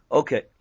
okay